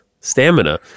Stamina